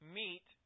meet